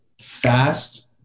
fast